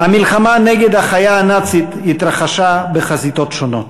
המלחמה נגד החיה הנאצית התרחשה בחזיתות שונות.